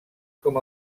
com